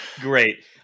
Great